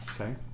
Okay